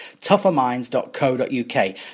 tougherminds.co.uk